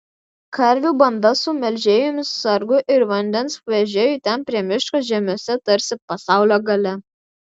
karvių banda su melžėjomis sargu ir vandens vežėju ten prie miško žiemiuose tarsi pasaulio gale